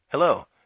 Hello